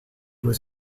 was